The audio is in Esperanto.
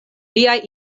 liaj